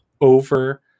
over